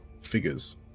figures